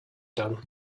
done